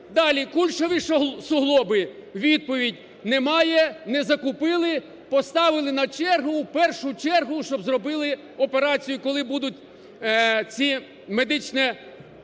кульшові суглоби. Відповідь: немає, не закупили, поставили на чергу в першу чергу, щоб зробили операцію, коли будуть ці медичні